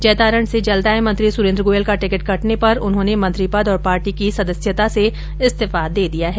जैतारण से जलदाय मंत्री सुरेन्द्र गोयल का टिकिट कटने पर उन्होंने मंत्री पद और पार्टी की सदस्यता से इस्तीफा दे दिया हैं